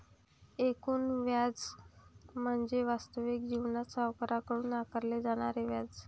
एकूण व्याज म्हणजे वास्तविक जीवनात सावकाराकडून आकारले जाणारे व्याज